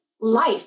life